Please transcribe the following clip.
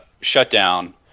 shutdown